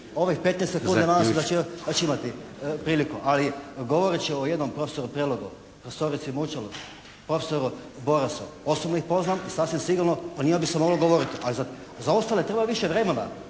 Ovih 15 sekundi nadam se da ću imati priliku. Ali govoreći o jednom profesoru Prelogu, profesorici Mučalo, profesoru Borasu, osobno ih poznam i sasvim sigurno o njima bi se moglo govoriti. Ali za ostale treba više vremena.